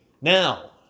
Now